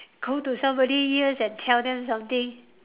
go to somebody ears and tell them something